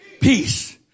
Peace